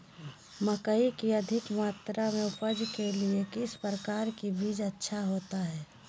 मकई की अधिक मात्रा में उपज के लिए किस प्रकार की बीज अच्छा होता है?